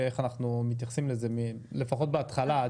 איך אנחנו מתייחסים לזה לפחות בהתחלה.